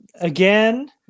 Again